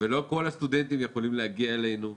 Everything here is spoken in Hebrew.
ולא כל הסטודנטים יכולים להגיע אלינו,